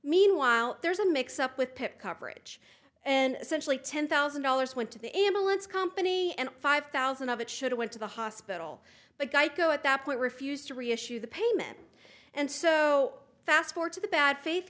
meanwhile there's a mix up with pic coverage and essentially ten thousand dollars went to the ambulance company and five thousand of it should've went to the hospital but geico at that point refused to reissue the payment and so fast forward to the bad fa